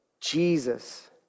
Jesus